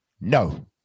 No